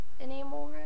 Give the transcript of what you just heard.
anymore